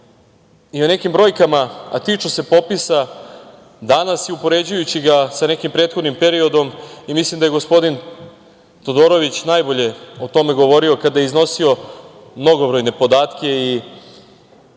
i o nekim brojkama, a tiču se popisa danas i upoređujući ga sa nekim prethodnim periodom i mislim da je gospodin Todorović najbolje o tome govorio kada je iznosio mnogobrojne podatke. Srbija